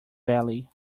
belly